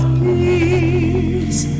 peace